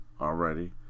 already